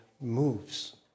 moves